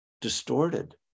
distorted